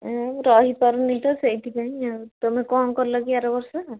ଆଉ ରହି ପାରୁନି ତ ସେହିଥିପାଇଁ ଆଉ ତମେ କଣ କଲ କି ଆର ବର୍ଷ